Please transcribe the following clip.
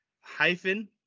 hyphen